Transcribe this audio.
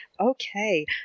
Okay